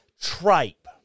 tripe